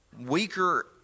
weaker